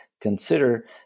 consider